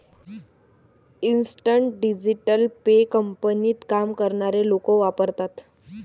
instant digital pay कंपनीत काम करणारे लोक वापरतात